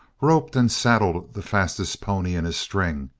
roped and saddled the fastest pony in his string,